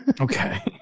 Okay